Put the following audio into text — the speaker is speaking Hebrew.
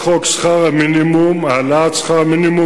הצעת חוק שכר מינימום (העלאת שכר המינימום,